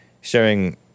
sharing